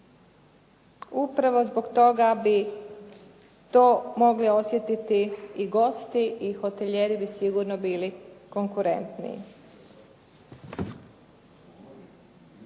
Upravo zbog toga bi to mogli osjetiti i gosti i hotelijeri bi sigurno bili konkurentniji.